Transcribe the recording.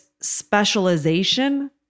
specialization